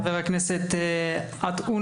חבר הכנסת עטאונה